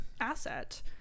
asset